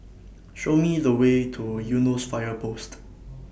Show Me The Way to Eunos Fire Post